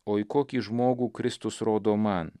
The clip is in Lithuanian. o į kokį žmogų kristus rodo man